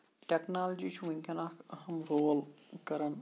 technology چھُ ؤنکین اکھ اَہم رول کران